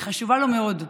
היא חשובה לו מאוד.